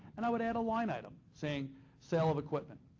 and i would add a line item saying sale of equipment.